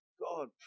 God